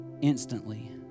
instantly